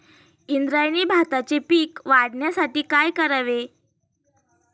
इंद्रायणी भाताचे पीक वाढण्यासाठी काय करावे?